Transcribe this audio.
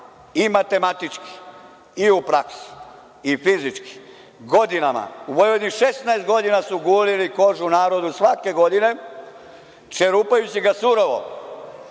i matematički i u praksi i fizički, godinama, u Vojvodini su 16 godina gulili kožu narodu svake godine, čerupajući ga surovo,